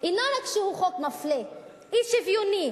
אינו רק שהוא חוק מפלה, אי-שוויוני,